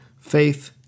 faith